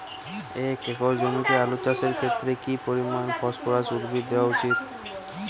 এক একর জমিতে আলু চাষের ক্ষেত্রে কি পরিমাণ ফসফরাস উদ্ভিদ দেওয়া উচিৎ?